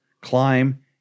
Climb